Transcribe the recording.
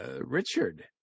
Richard